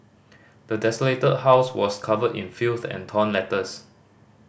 the desolated house was covered in filth and torn letters